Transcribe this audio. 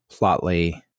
Plotly